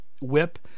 whip